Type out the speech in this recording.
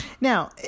Now